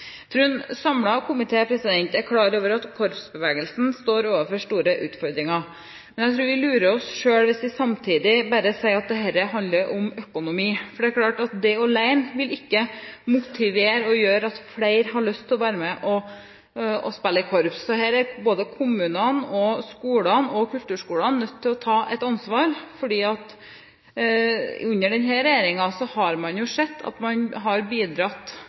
tror en samlet komité er klar over at korpsbevegelsen står overfor store utfordringer. Men jeg tror vi lurer oss selv hvis vi samtidig bare sier at dette handler om økonomi, for det er klart at det alene ikke vil motivere og føre til at flere har lyst til å være med og spille i korps. Så her er både kommunene, skolene og kulturskolene nødt til å ta ansvar, for under denne regjeringen har man sett at man har bidratt